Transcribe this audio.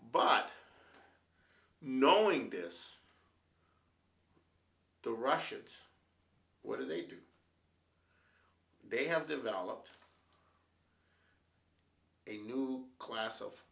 but knowing this the russian it what do they do they have developed a new class of